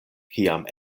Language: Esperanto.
kiam